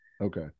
okay